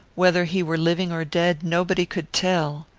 whether he were living or dead, nobody could tell.